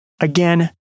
Again